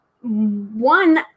One